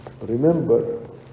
remember